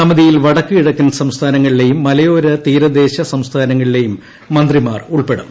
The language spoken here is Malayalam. സമിതിയിൽ വടക്ക് കിഴക്കൻ സംസ്ഥാനങ്ങളിലെയും മലയോര തീരദേശ സംസ്ഥാനങ്ങളിലെയും മന്ത്രിമാർ ഉൾപ്പെടും